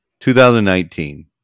2019